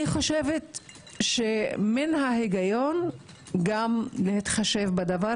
אני חושבת שמן ההיגיון גם להתחשב בדבר